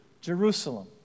Jerusalem